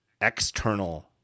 external